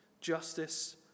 justice